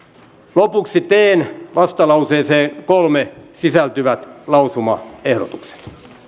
lopuksi teen vastalauseeseen kolme sisältyvät lausumaehdotukset